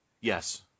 Yes